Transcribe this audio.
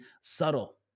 subtle